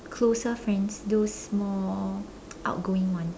closer friends those more outgoing one